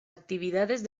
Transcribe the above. actividades